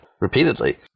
repeatedly